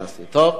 טוב, הבנתי.